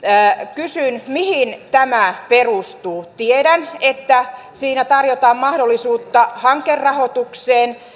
kysyn mihin tämä perustuu tiedän että siinä tarjotaan mahdollisuutta hankerahoitukseen